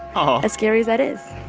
um ah as scary as that is.